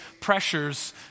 pressures